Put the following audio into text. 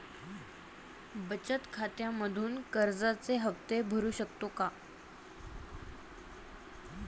बचत खात्यामधून कर्जाचे हफ्ते भरू शकतो का?